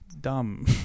dumb